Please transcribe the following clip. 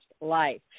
life